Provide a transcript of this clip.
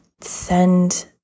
Send